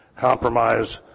Compromise